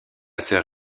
sœur